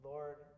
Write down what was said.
Lord